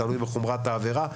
תלוי בחומרת העבירה.